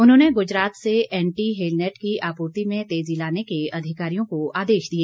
उन्होंने गुजरात से anti hail net की आपूर्ति में तेजी लाने के अधिकारियों को आदेश दिए